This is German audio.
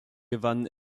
gewann